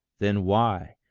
then why,